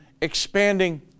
expanding